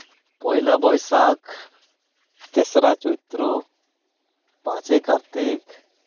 ᱯᱚᱭᱞᱟ ᱵᱟᱹᱭᱥᱟᱹᱠᱷ ᱛᱮᱥᱨᱟ ᱪᱳᱭᱛᱨᱚ ᱯᱟᱸᱪᱮ ᱠᱟᱨᱛᱤᱠ